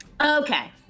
Okay